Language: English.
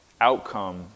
outcome